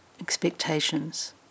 expectations